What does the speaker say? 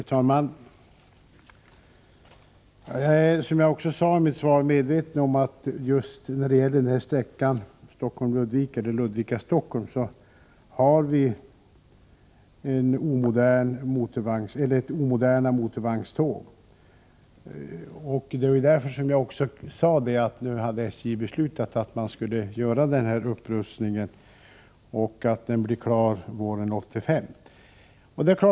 Herr talman! Jag är, som jag också sade i mitt svar, medveten om att vi just när det gäller sträckan Ludvika-Stockholm har omoderna motorvagnståg. Det är därför som jag har sagt att SJ nu har beslutat att göra en upprustning och att den blir klar våren 1985.